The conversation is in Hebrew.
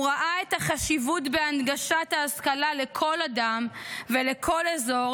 הוא ראה את החשיבות בהנגשת ההשכלה לכל אדם ולכל אזור,